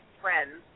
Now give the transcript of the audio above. friends